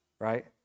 right